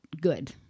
good